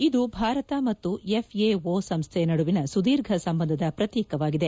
ಇದು ಭಾರತ ಮತ್ತು ಎಫ್ಎಒ ಸಂಸ್ಥೆಯ ನಡುವಿನ ಸುದೀರ್ಘ ಸಂಬಂಧದ ಪ್ರತೀಕವಾಗಿದೆ